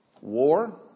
war